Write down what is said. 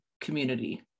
community